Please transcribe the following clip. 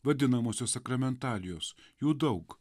vadinamosios sakramentalijos jų daug